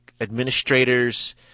administrators